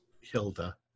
Hilda